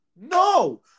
No